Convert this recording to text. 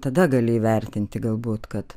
tada gali įvertinti galbūt kad